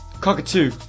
Cockatoo